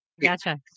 Gotcha